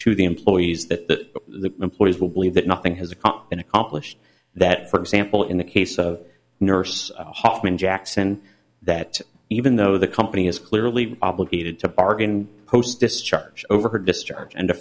to the employees that the employees will believe that nothing has a comp been accomplished that for example in the case of nurse hoffman jackson that even though the company is clearly obligated to bargain post discharge over discharge and to